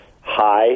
high